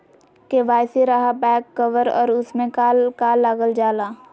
KYC रहा back cover और उसमें का का लागल जाला?